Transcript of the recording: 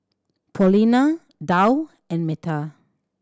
Paulina Dow and Metta